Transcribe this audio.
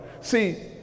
See